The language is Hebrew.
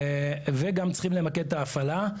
גם צריכים למקד את ההפעלה.